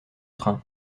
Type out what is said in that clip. train